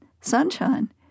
Sunshine